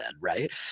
right